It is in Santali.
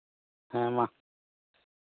ᱦᱮᱸ ᱢᱟ